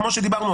כמו שאמרנו,